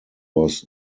was